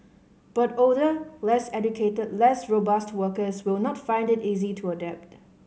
but older less educated less robust workers will not find it easy to adapt